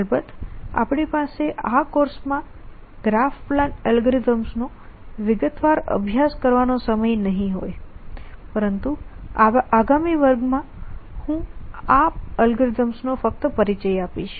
અલબત્ત આપણી પાસે આ કોર્સમાં ગ્રાફ પ્લાન એલ્ગોરિધમ્સનો વિગતવાર અભ્યાસ કરવાનો સમય નહીં હોય પરંતુ આગામી વર્ગમાં હું ફક્ત આ અલ્ગોરિધમ્સ નો પરિચય આપીશ